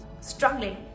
struggling